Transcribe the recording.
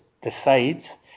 decides